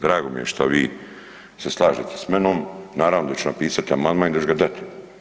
Drago mi je što vi se slažete s menom, naravno da ću napisati amandman i da ću ga dati.